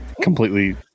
completely